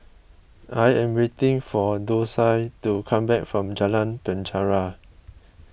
I am waiting for Dosia to come back from Jalan Penjara